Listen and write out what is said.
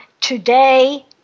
today